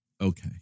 Okay